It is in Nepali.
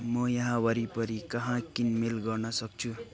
म यहाँ वरिपरि कहाँ किनमेल गर्न सक्छु